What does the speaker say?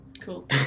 Cool